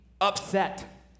upset